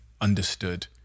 understood